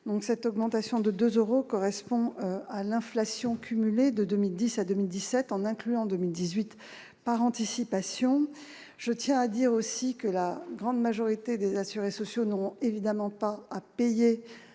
Cette augmentation de deux euros correspond donc à l'inflation cumulée de 2010 à 2017, en incluant 2018 par anticipation. Je précise également que la grande majorité des assurés sociaux n'auront pas à payer